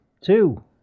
two